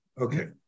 Okay